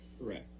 correct